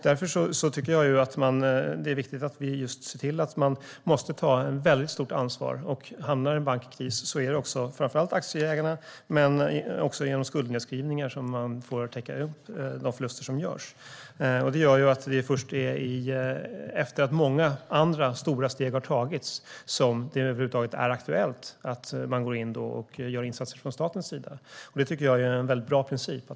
Därför tycker jag att det är viktigt att se till att de måste ta ett stort ansvar. Hamnar en bank i kris är det framför allt aktieägarna som får täcka upp för de förluster som görs, och skuldnedskrivningar är ett verktyg. Det gör att det är först efter att många andra, stora steg har tagits som det över huvud taget är aktuellt att staten går in och gör insatser. Det tycker jag är en bra princip.